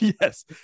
Yes